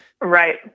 Right